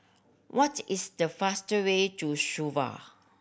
what is the faster way to Suva